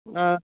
آ